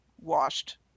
washed